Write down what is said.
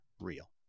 real